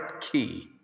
Key